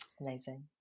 Amazing